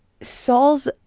Saul's